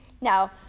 Now